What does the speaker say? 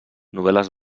novel·les